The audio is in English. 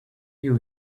you